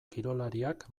kirolariak